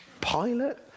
pilot